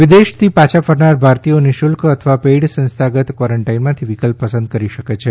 વિદેશથી પાછા ફરનાર ભારતીયો નિશુલ્ક અથવા પેઇડ સંસ્થાગત કવોરન્ટાઇનમાંથી વિકલ્પ પસંદ કરી શકે છે